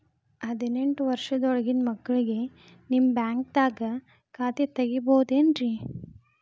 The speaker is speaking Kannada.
ಹದಿನೆಂಟು ವರ್ಷದ ಒಳಗಿನ ಮಕ್ಳಿಗೆ ನಿಮ್ಮ ಬ್ಯಾಂಕ್ದಾಗ ಖಾತೆ ತೆಗಿಬಹುದೆನ್ರಿ?